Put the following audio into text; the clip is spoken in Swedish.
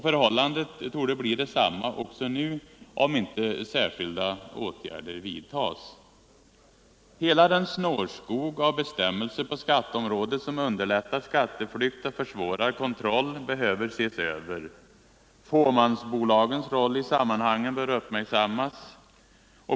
Förhållandet torde bli detsamma också nu, om inte särskilda åtgärder vidtas. Hela den snårskog av bestämmelser på skatteområdet som underlättat skatteflykt och försvårat kontroll behöver ses över. Fåmansbolagens roll i sammanhanget bör uppmärksammas.